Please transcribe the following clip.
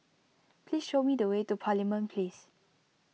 please show me the way to Parliament Place